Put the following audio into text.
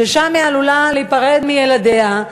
ששם היא עלולה להיפרד מילדיה,